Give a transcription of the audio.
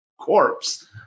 corpse